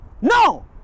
No